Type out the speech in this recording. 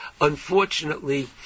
unfortunately